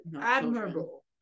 admirable